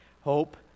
hope